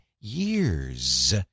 years